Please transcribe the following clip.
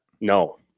No